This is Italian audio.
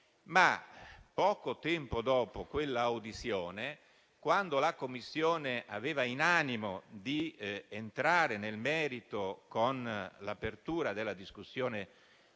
Poco tempo dopo quell'audizione, la Commissione aveva in animo di entrare nel merito con l'apertura della discussione